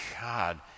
God